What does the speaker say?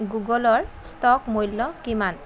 গুগলৰ ষ্টক মূল্য কিমান